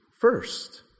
first